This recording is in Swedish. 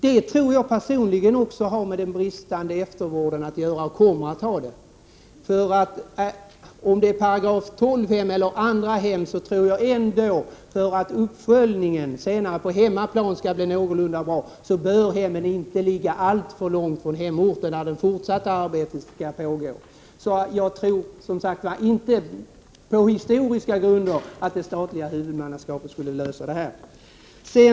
Det tror jag personligen har att göra med — och kommer att ha det — den bristande eftervården. Vare sig det är fråga om § 12-hem eller andra hem bör hemmen inte ligga alltför långt från hemorten för att uppföljningen på hemmaplan skall bli någorlunda bra. Jag tror inte att ett statligt huvudmannaskap skulle lösa det problemet.